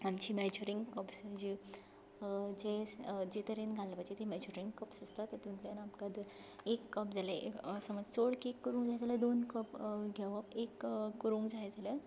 तांचीं मॅजरींग कप्सां जीं जें जे तरेन घालपाचीं तीं मॅजरींग कप्स आसता तातुंतल्यान आमकां तें एक कप जाल्यार समज चड केक करूंक जाय जाल्यार दोन कप घेवप एक करूंक जाय जाल्यार